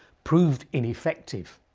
proved ineffective.